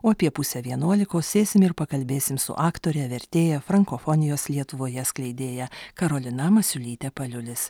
o apie pusę vienuolikos sėsim ir pakalbėsim su aktore vertėja frankofonijos lietuvoje skleidėja karolina masiulyte paliulis